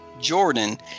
Jordan